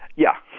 yeah